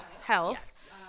Health